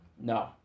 No